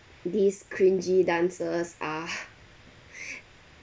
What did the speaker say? these cringey dances are